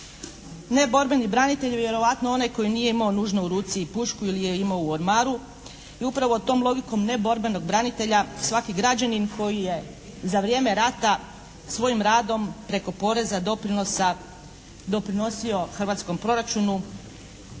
Neborbeni branitelj je vjerojatno onaj koji nije imao nužno u ruci pušku ili ju je imao u ormaru i upravo tom logikom neborbenog branitelja svaki građanin koji je za vrijeme rata svojim radom preko poreza, doprinosa doprinosio hrvatskom proračunu